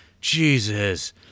Jesus